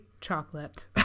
chocolate